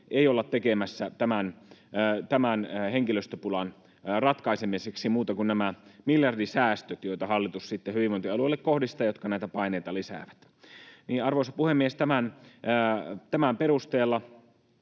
ei olla tekemässä henkilöstöpulan ratkaisemiseksi, muuta kuin nämä miljardisäästöt, joita hallitus hyvinvointialueille kohdistaa ja jotka näitä paineita lisäävät. Arvoisa puhemies! Tämän perusteella